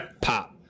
Pop